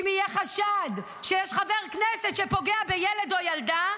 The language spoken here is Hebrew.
אם יהיה חשד שיש חבר כנסת שפוגע בילד או בילדה,